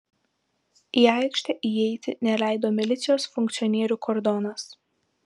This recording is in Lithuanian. į aikštę įeiti neleido milicijos funkcionierių kordonas